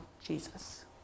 Jesus